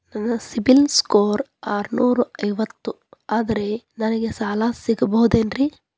ನನ್ನ ಸಿಬಿಲ್ ಸ್ಕೋರ್ ಆರನೂರ ಐವತ್ತು ಅದರೇ ನನಗೆ ಸಾಲ ಸಿಗಬಹುದೇನ್ರಿ?